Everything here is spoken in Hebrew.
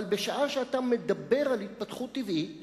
אבל בשעה שאתה מדבר על התפתחות טבעית